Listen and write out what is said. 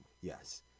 yes